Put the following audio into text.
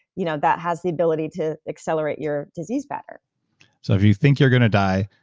you know that has the ability to accelerate your disease better so if you think you're going to die,